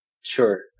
sure